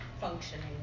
functioning